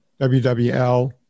WWL